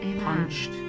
punched